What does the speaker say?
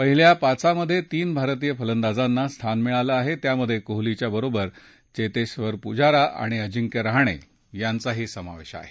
पहिल्या पाचात तीन भारतीय फलदांजांना स्थान मिळालं आहे त्यात कोहलीच्या बरोबर चेतेधर पूजारा आणि अजिंक्य रहाणे यांचा समावेश आहे